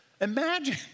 Imagine